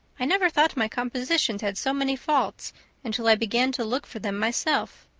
i never thought my compositions had so many faults until i began to look for them myself.